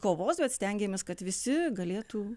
kovos bet stengėmės kad visi galėtų